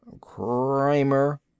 Kramer